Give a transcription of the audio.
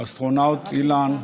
האסטרונאוט אילן,